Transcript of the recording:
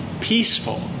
peaceful